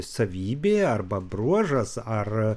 savybė arba bruožas ar